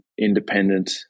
independent